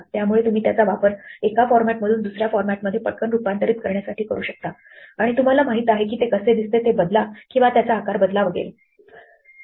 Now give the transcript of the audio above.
त्यामुळे तुम्ही त्याचा वापर एका फॉरमॅटमधून दुसऱ्या फॉरमॅटमध्ये पटकन रुपांतरित करण्यासाठी करू शकता आणि तुम्हाला माहिती आहे की ते कसे दिसते ते बदला किंवा त्याचा आकार बदला वगैरे